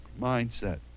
mindset